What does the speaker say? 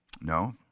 No